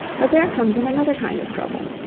but there comes in another kind of trouble.